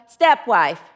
stepwife